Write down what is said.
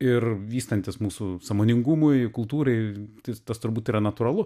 ir vystantis mūsų sąmoningumui kultūrai tai tas turbūt yra natūralu